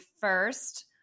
first